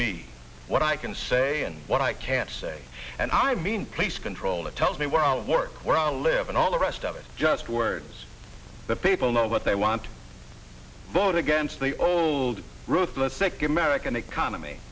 me what i can say and what i can't say and i mean please control it tells me where i work where i live and all the rest of it just words the people know what they want vote against the old ruthless secure american economy